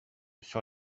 sur